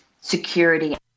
security